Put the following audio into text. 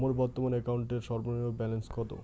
মোর বর্তমান অ্যাকাউন্টের সর্বনিম্ন ব্যালেন্স কত?